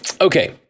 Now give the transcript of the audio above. Okay